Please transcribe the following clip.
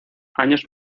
años